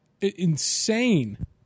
insane